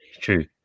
true